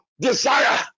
desire